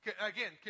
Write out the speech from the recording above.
again